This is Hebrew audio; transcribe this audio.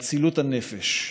מאצילות הנפש.